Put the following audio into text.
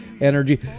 energy